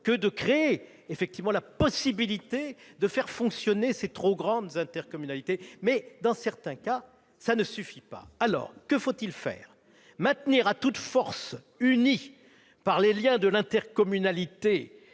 que de créer la possibilité de faire fonctionner ces trop grandes intercommunalités. Mais, dans certains cas, ça ne suffit pas ! Alors, que faut-il faire ? Maintenir à toute force unies par les liens de l'intercommunalité